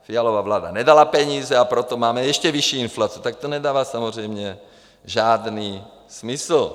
Fialova vláda nedala peníze, a proto máme ještě vyšší inflaci, tak to nedává samozřejmě žádný smysl.